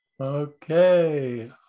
Okay